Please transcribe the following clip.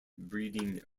breeding